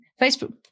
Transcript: Facebook